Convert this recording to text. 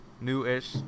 new-ish